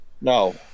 no